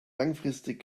langfristig